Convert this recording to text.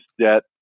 debt